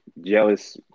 jealous